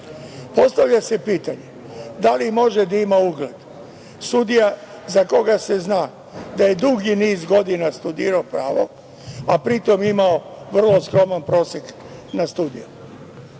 pravdu. Postavlja se pitanje - da li može da ima ugled sudija, za koga se zna da je dugi niz godina studirao pravo, a pri tome imao vrlo skroman prosek na studijama?